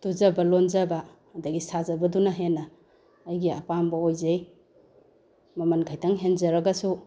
ꯇꯨꯖꯕ ꯂꯣꯟꯖꯕ ꯑꯗꯒꯤ ꯁꯥꯖꯕꯗꯨꯅ ꯍꯦꯟꯅ ꯑꯩꯒꯤ ꯑꯄꯥꯝꯕ ꯑꯣꯏꯖꯩ ꯃꯃꯜ ꯈꯤꯇꯪ ꯍꯦꯟꯖꯔꯒꯁꯨ